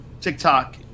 TikTok